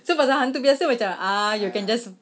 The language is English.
so macam hantu biasa macam ah you can just